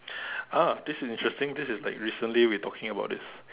ah this is interesting this is like recently we talking about this